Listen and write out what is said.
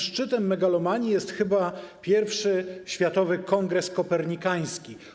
Szczytem megalomanii jest chyba pierwszy Światowy Kongres Kopernikański.